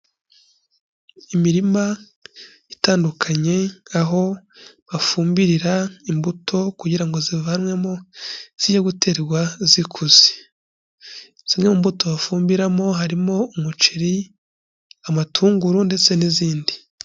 Imirima itandukanye aho bafumbirira imbuto kugira ngo zivanwemo zige guterwa zikuze, zimwe mu mbuto bafumbiramo harimo umuceri, amatunguru ndetse n'izindi.